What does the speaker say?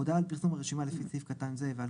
הודעה על פרסום הרשימה לפי סעיף קטן זה ועל